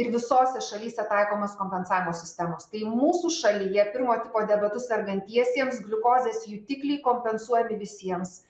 ir visose šalyse taikomos kompensavimo sistemos tai mūsų šalyje pirmo tipo diabetu sergantiesiems gliukozės jutikliai kompensuojami visiems